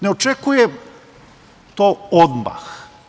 Ne očekujem to odmah.